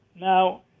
now